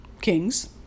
kings